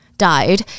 died